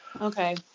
Okay